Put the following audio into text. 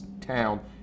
town